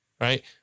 right